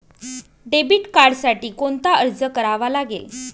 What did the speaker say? Debit कार्डसाठी कोणता अर्ज करावा लागेल?